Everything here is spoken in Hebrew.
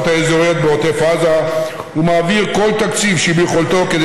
האזוריות בעוטף עזה ומעביר כל תקציב שביכולתו כדי